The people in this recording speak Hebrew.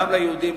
גם ליהודים,